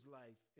life